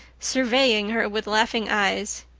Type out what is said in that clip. surveying her with laughing eyes.